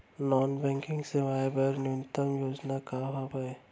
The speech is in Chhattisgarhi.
नॉन बैंकिंग सेवाएं बर न्यूनतम योग्यता का हावे?